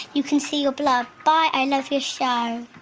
you can see your blood. bye. i love your show